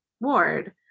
ward